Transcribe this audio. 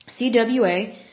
CWA